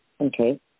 Okay